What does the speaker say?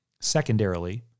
Secondarily